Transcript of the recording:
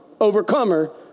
overcomer